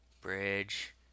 Bridge